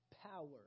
power